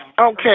Okay